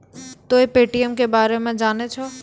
तोंय पे.टी.एम के बारे मे जाने छौं?